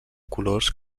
colors